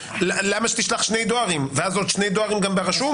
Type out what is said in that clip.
למה שתשלח שני דברי דואר ואז עוד שני דברי דואר ברשום?